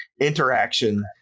interaction